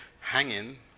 hanging